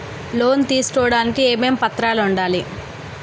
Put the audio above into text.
Loan తీసుకోడానికి ఏమేం పత్రాలు కావలెను?